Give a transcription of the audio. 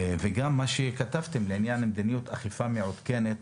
וגם מה שכתבתם לעניין מדיניות אכיפה מעודכנת